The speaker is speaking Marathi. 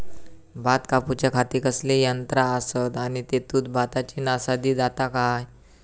भात कापूच्या खाती कसले यांत्रा आसत आणि तेतुत भाताची नाशादी जाता काय?